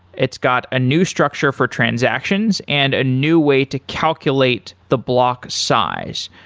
it's got a new structure for transactions and a new way to calculate the block size.